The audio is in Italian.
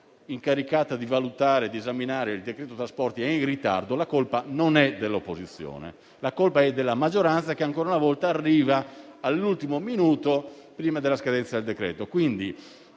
ma è della maggioranza, che ancora una volta arriva all'ultimo minuto prima della scadenza del decreto.